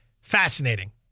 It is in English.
fascinating